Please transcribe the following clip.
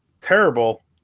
terrible